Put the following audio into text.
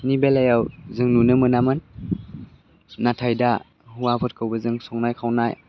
नि बेलायाव जों नुनो मोनामोन नाथाय दा हौवाफोरखौबो जों संनाय खावनाय